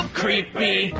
creepy